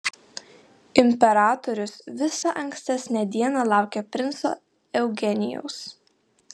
imperatorius visą ankstesnę dieną laukė princo eugenijaus